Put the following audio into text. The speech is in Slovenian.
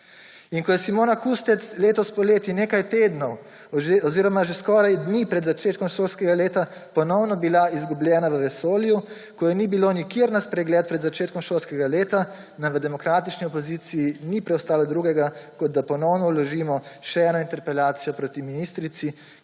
bila Simona Kustec letos poleti nekaj tednov oziroma že skoraj dni pred začetkom šolskega leta ponovno izgubljena v vesolju, ko je ni bilo nikjer na spregled pred začetkom šolskega leta, nam v demokratični opoziciji ni preostalo drugega, kot da ponovno vložimo še eno interpelacijo proti ministrici,